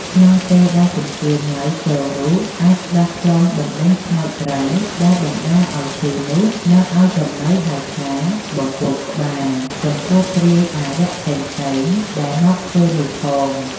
ក្នុងពេលដែលជំទាវ ម៉ៅ ចូលរូប អាចស្ដោះផ្លុំបណ្ដេញខ្មោចព្រៃដែលបណ្ដាលឲ្យឈឺនោះ និងឲ្យចំណីហៅថា "បំពោបក្បាល" ចំពោះព្រាយអារក្សផ្សេងៗ ដែលមកធ្វើនោះផង ។